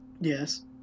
Yes